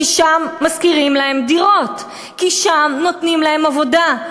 כי שם משכירים להם דירות וכי שם נותנים להם עבודה.